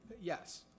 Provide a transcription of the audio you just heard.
Yes